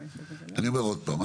אני אומר עוד פעם,